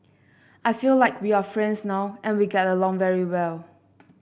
I feel like we are friends now and we get along really well